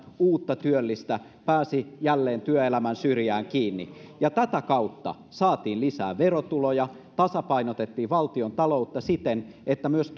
uutta työllistä pääsi jälleen työelämän syrjään kiinni ja tätä kautta saatiin lisää verotuloja tasapainotettiin valtiontaloutta siten että myös